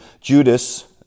Judas